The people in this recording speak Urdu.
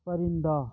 پرندہ